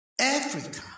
Africa